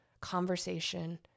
conversation